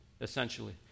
essentially